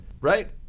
right